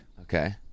Okay